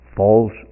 False